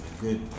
good